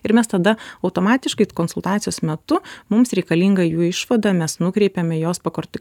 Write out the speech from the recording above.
ir mes tada automatiškai konsultacijos metu mums reikalinga jų išvada mes nukreipiame juos pakorti